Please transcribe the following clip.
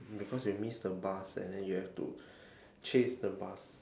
because you miss the bus and then you have to chase the bus